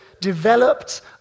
developed